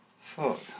Fuck